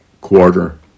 quarter